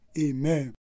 Amen